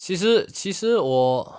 其实其实我